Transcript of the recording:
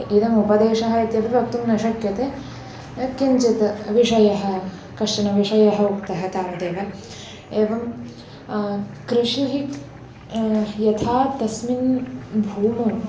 इदमुपदेशः इत्यपि वक्तुं न शक्यते यत्किञ्चित् विषयः कश्चनः विषयः उक्तः तावदेव एवं कृषिः यथा तस्मिन् भूमौ